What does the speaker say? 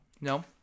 No